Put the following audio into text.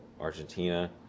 Argentina